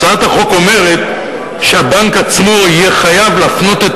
הצעת החוק אומרת שהבנק עצמו יהיה חייב להפנות את